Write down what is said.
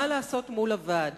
מה לעשות מול הוועד.